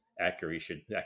accuracy